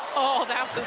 oh that